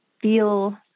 feel